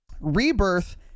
Rebirth